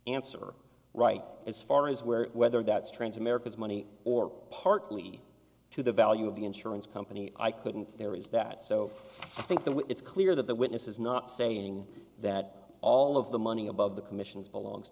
answer right as far as where whether that's trans america's money or partly to the value of the insurance company i couldn't there is that so i think that it's clear that the witness is not saying that all of the money above the commissions belongs